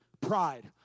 pride